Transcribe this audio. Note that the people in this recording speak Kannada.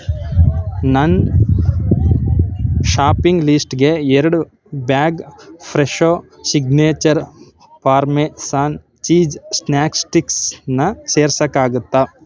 ನನ್ನ ಶಾಪಿಂಗ್ ಲೀಸ್ಟ್ಗೆ ಎರಡು bag Fresho signature parmesan cheese snack ಸ್ಟಿಕ್ಸ್ನ ಸೇರ್ಸೋಕಾಗುತ್ತಾ